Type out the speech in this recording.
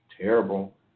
terrible